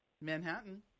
Manhattan